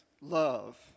love